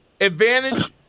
Advantage